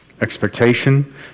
expectation